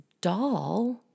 doll